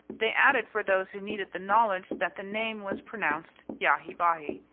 they added for those who needed the knowledge that the name was pronounced yahhy-bahhy,